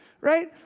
right